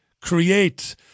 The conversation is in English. Create